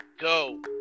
go